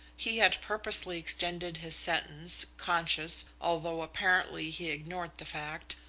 he had purposely extended his sentence, conscious, although apparently he ignored the fact,